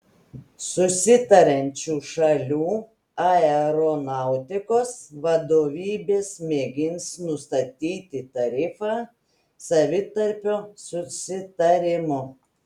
susitariančių šalių aeronautikos vadovybės mėgins nustatyti tarifą savitarpio susitarimu